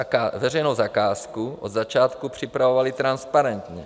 My jsme veřejnou zakázku od začátku připravovali transparentně.